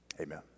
Amen